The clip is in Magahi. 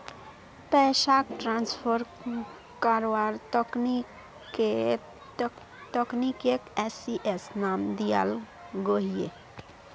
पैसाक ट्रान्सफर कारवार तकनीकोक ई.सी.एस नाम दियाल गहिये